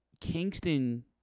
Kingston